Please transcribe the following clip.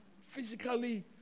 physically